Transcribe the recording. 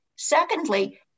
Secondly